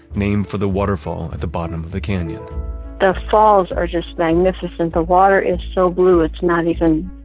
named for the waterfall at the bottom of the canyon the falls are just magnificent. the water is so blue, it's not even,